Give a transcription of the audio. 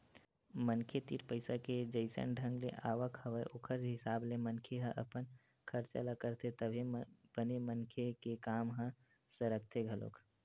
मनखे तीर पइसा के जइसन ढंग ले आवक हवय ओखर हिसाब ले मनखे ह अपन खरचा ल करथे तभे बने मनखे के काम ह सरकथे घलोक